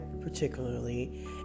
particularly